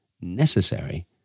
necessary